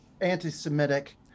anti-Semitic